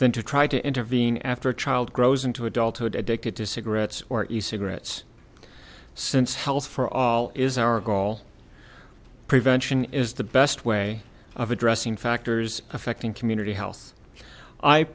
than to try to intervene after a child grows into adulthood addicted to cigarettes or e cigarettes since health for all is our goal prevention is the best way of addressing factors affecting community health i